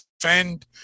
defend